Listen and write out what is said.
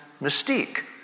Mystique